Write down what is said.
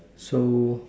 so